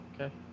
Okay